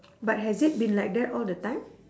but has it been like that all the time